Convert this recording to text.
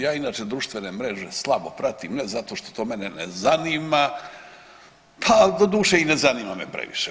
Ja inače društvene mreže slabo pratim ne zato što to mene ne zanima, pa doduše i ne zanima me previše.